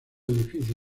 edificio